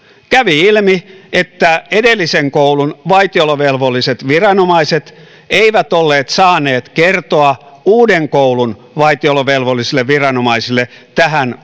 kävi ilmi että edellisen koulun vaitiolovelvolliset viranomaiset eivät olleet saaneet kertoa uuden koulun vaitiolovelvollisille viranomaisille tähän